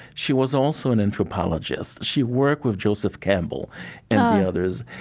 she was also an anthropologist. she worked with joseph campbell others.